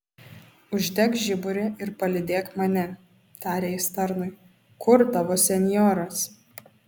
uždek žiburį ir palydėk mane tarė jis tarnui kur tavo senjoras